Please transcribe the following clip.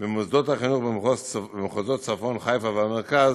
במוסדות החינוך במחוזות הצפון, חיפה והמרכז,